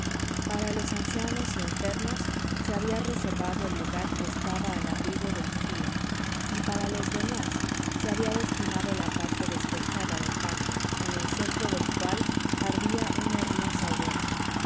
para los ancianos y enfermos se había reservado el lugar que estaba al abrigo del frío y para los demás se había destinado la parte despejada del patio en el centro del cual ardía una hermosa hoguera